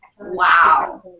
Wow